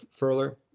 furler